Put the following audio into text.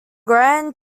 grand